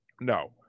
no